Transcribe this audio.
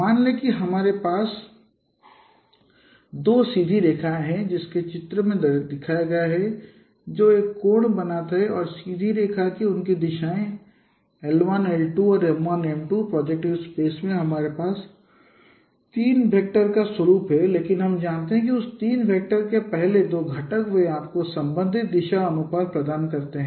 मान लें कि हमारे पास दो सीधी रेखाएं हैं जैसे कि चित्र में दिखाया गया है जो एक कोण बनाता है और सीधी रेखा की उनकी दिशाएँ l1 l2 और m1 m2 प्रोजैक्टिव स्पेस में हमारे पास यह 3 वेक्टर प्रतिनिधित्व है लेकिन हम जानते हैं उस 3 वेक्टर के पहले दो घटक वे आपको संबंधित दिशा अनुपात प्रदान करते हैं